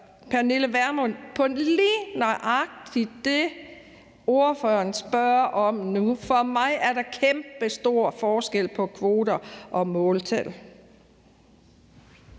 Pernille Vermund på nøjagtig det, ordføreren spørger om nu. For mig er der kæmpestor forskel på kvoter og måltal.